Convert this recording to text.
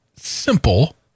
simple